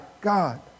God